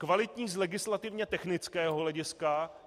Kvalitní z legislativně technického hlediska.